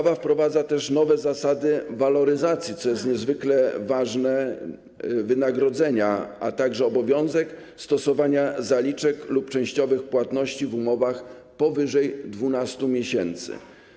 Wprowadza też nowe zasady waloryzacji - co jest niezwykle ważne - wynagrodzenia, a także obowiązek stosowania zaliczek lub częściowych płatności w umowach powyżej 12 miesięcy.